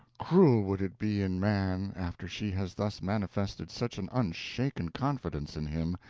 cruel would it be in man, after she has thus manifested such an unshaken confidence in him,